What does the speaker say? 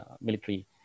military